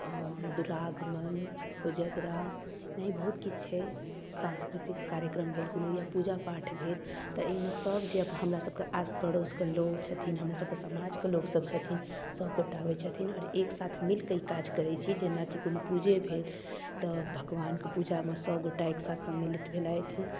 दुरागमन कोजगरा एनाहिए बहुत किछु छै सांस्कृतिक कार्यक्रम भेल कोनो या पूजा पाठ भेल तऽ एहिमे सभ जे हमरासभके आसपड़ोसके लोग छथिन हमरसभके समाजके लोक छथिन सभगोटा आबै छथिन आओर एकसाथ मिलिकऽ ई काज करै छी जेनाकि कोनो पूजे भेल तऽ भगवानके पूजामे सभगोटा एकसाथ सम्मिलित भेलथि